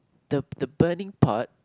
the the burning part